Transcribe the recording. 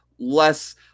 Less